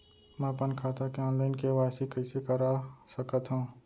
मैं अपन खाता के ऑनलाइन के.वाई.सी कइसे करा सकत हव?